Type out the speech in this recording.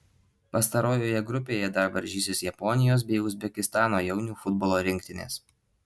pastarojoje grupėje dar varžysis japonijos bei uzbekistano jaunių futbolo rinktinės